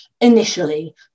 initially